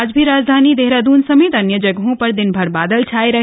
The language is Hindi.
आज भी राजधानी देहरादून समेत अन्य जगहों पर दिनभर बादल छाये रहे